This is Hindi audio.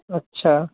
अच्छा